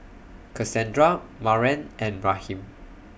Cassandra Maren and Raheem